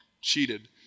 cheated